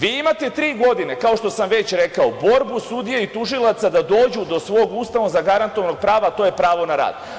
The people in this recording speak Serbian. Vi imate tri godine, kao što sam već rekao, borbu sudija i tužilaca da dođu do svog Ustavom zagarantovanog prava, a to je pravo na rad.